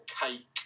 cake